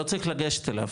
לא צריך לגשת אליו,